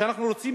כשאנחנו רוצים,